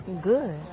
Good